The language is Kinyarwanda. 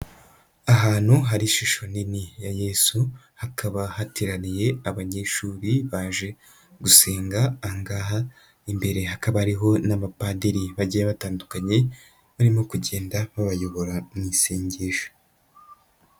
Ahantu hari ishusho nini ya Yesu, hakaba hateraniye abanyeshuri baje gusenga, aha ngaha imbere hakaba ariho n'abapadiri bagiye batandukanye, barimo kugenda babayobora mu isengesho.